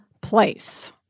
place